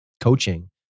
coaching